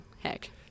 heck